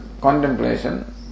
contemplation